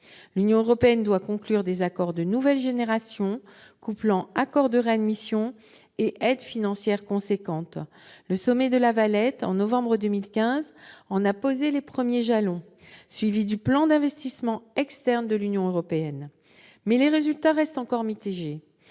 L'Union européenne doit conclure des accords de nouvelle génération, couplant accord de réadmission et aide financière importante. Le sommet de La Valette, en novembre 2015 en a posé les premiers jalons, suivi du plan d'investissement extérieur de l'Union européenne. Cependant, les résultats restent encore mitigés.